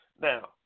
now